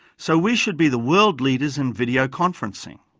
so we should be the world leaders in video conferencing.